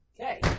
Okay